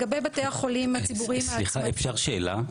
סליחה, אפשר שאלה?